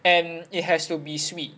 and it has to be sweet